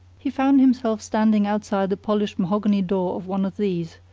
he found himself standing outside the polished mahogany door of one of these,